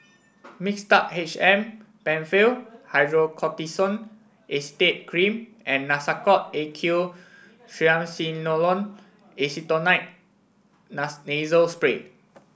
Mixtard H M Penfill Hydrocortisone Acetate Cream and Nasacort A Q Triamcinolone Acetonide Nasal Spray